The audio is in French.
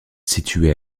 située